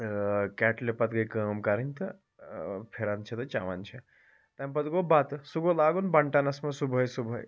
تہٕ کیٚٹلہِ پَتہٕ گٔے کٲم کَرٕنۍ تہٕ ٲں پھِران چھِ تہٕ چیٚوان چھِ تَمہِ پَتہٕ گوٚو بَتہٕ سُہ گوٚو لاگُن بَنٹنَس منٛز صُبحٲے صُبحٲے